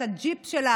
את הג'יפ שלה,